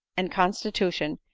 and constitution,